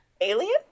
alien